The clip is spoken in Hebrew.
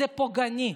זה פוגעני.